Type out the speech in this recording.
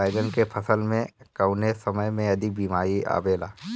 बैगन के फसल में कवने समय में अधिक बीमारी आवेला?